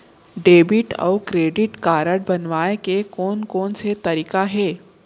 Debit अऊ credit card बनवाए के कोन कोन से तरीका हे?